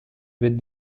with